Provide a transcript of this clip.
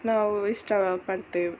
ನಾವು ಇಷ್ಟ ಪಡ್ತೇವೆ